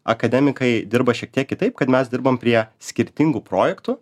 akademikai dirba šiek tiek kitaip kad mes dirbam prie skirtingų projektų